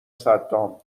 صدام